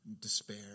despair